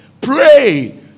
pray